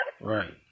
Right